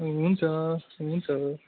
हुन्छ हुन्छ